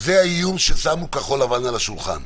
זה האיום ששמו כחול לבן על השולחן.